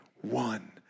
one